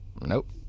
Nope